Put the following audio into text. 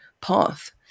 path